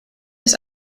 des